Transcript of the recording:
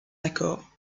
accord